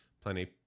plenty